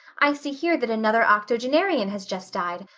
i see here that another octogenarian has just died.